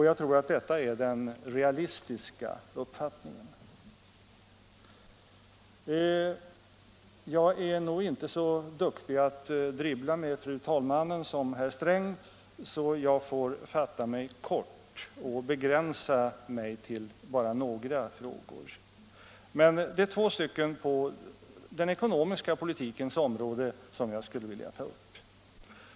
Jag tror att detta är den realistiska uppfattningen. Jag är nog inte så duktig i att dribbla med fru talmannen som herr Sträng, så jag får fatta mig kort och begränsa mig till bara några frågor. Det är två stycken frågor på den ekonomiska politikens område som jag skulle vilja ta upp.